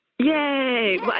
Yay